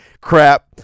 crap